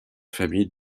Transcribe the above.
famille